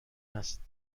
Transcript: است